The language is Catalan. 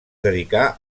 dedicà